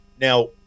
Now